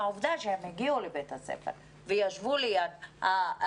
העובדה היא שהילדים האלה הגיעו לבתי הספר וישבו ליד התלמידים,